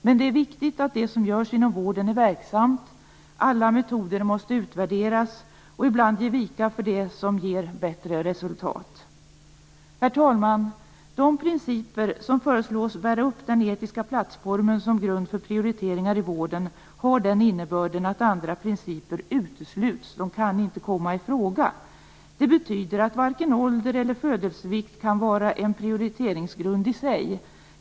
Men det är viktigt att det som görs inom vården är verksamt; alla metoder måste utvärderas och en del ge vika för det som ger bättre resultat. Herr talman! De principer som föreslås bära upp den etiska plattformen som grund för prioriteringar i vården har den innebörden att andra principer utesluts - de kan inte komma i fråga. Det betyder att varken ålder eller födelsevikt kan vara en prioriteringsgrund i sig.